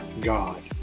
God